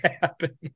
happen